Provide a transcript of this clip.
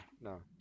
no